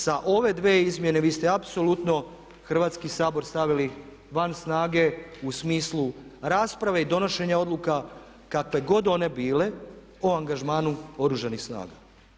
Sa ove dve izmjene vi ste apsolutno Hrvatski sabor stavili van snage u smislu rasprave i donošenja odluka kakve god one bile o angažmanu Oružanih snaga.